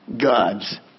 God's